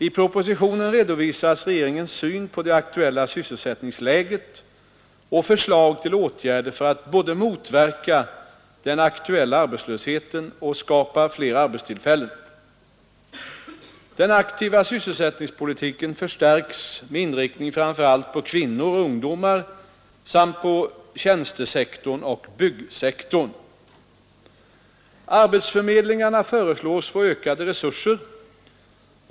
I propositionen redovisas regeringens syn på det aktuella sysselsättningsläget och förslag till åtgärder för att både motverka den aktuella arbetslösheten och skapa fler arbetstillfällen. Den aktiva sysselsättningspolitiken förstärks med inriktning framför allt på kvinnor och ungdomar samt på tjänstesektorn och byggsektorn. Arbetsförmedlingarna föreslås få ökade resurser.